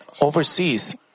overseas